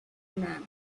man